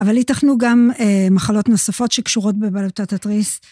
אבל ייתכנו גם מחלות נוספות שקשורות בבלוטת התריס.